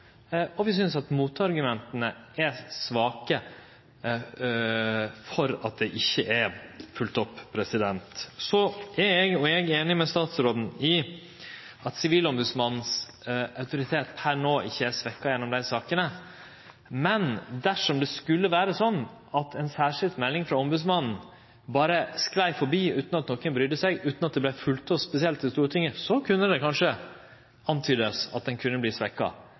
opp. Vi synest at motargumenta til at dei ikkje er følgde opp, er svake. Så er eg einig med statsråden i at Sivilombodsmannens autoritet per no ikkje er svekt gjennom desse sakene. Men dersom det skulle vere sånn at ei særskild melding frå ombodsmannen berre sklei forbi, utan at nokon brydde seg, utan at det vart følgt spesielt opp i Stortinget, kunne det kanskje verte antyda at han kunne